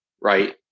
Right